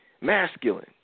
masculine